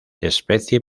especie